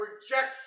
rejection